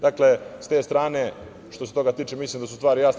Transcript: Dakle, sa te strane, što se toga tiče, mislim da su stvari jasne.